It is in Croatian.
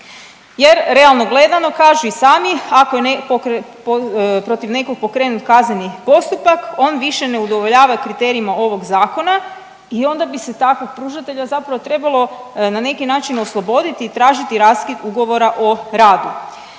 Jer realno gledano kažu i sami ako je protiv nekog pokrenut kazneni postupak on više ne udovoljava kriterijima ovoga zakona i onda bi se takvog pružatelja zapravo trebalo na neki način osloboditi i tražiti raskid ugovora o radu.